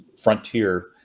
frontier